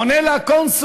עונה לה הקונסול: